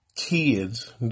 kids